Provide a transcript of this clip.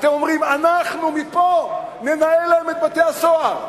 אתם אומרים: אנחנו מפה ננהל את בתי-הסוהר.